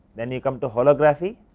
then, you come to holography,